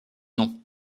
nom